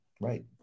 Right